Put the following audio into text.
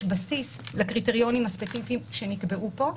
בסיס לקריטריונים הספציפיים שנקבעו פה.